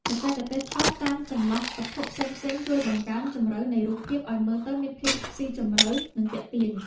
បច្ចេកទេសថតតាមចន្លោះវត្ថុផ្សេងៗជួយបង្កើនជម្រៅនៃរូបភាពឱ្យមើលទៅមានភាពស៊ីជម្រៅ និង ទាក់ទាញ។